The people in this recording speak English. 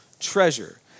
treasure